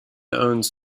owns